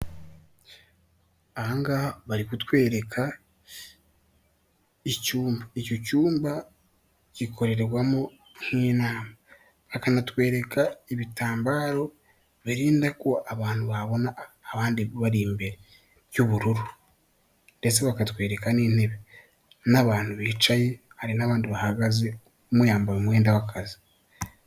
Ahangaha bari kutwereka icyumba, icyo cyumba gikorerwamo nk'inama, bakanatwereka ibitambaro birinda ko abantu babona abandi bari imbere by'ubururu, ndetse bakatwereka n'intebe, n'abantu bicaye, hari n'abandi bahagaze, umwe yambaye umwenda w'akazi.